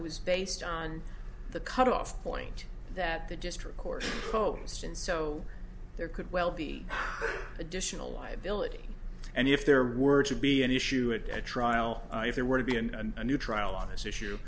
ana was based on the cutoff point that the district court posed and so there could well be additional liability and if there were to be an issue at a trial if there were to be and new trial on this issue